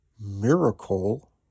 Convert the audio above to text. Miracle